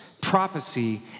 prophecy